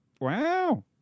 Wow